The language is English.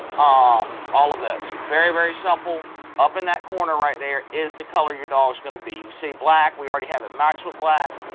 um all of those. very very simple up in that corner right there is the color your dog is going to be. you see black we already have it marks with black.